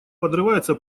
подрывается